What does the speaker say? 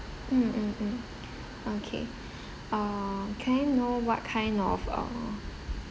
mm mm mm okay uh can I know what kind of uh